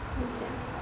看一下